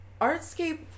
Artscape